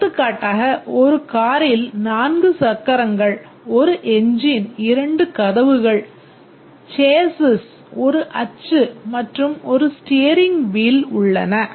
எடுத்துக்காட்டாக ஒரு காரில் 4 சக்கரங்கள் 1 எஞ்சின் 2 கதவுகள் சேஸிஸ் 1 அச்சு மற்றும் 1 ஸ்டீயரிங் வீல் உள்ளன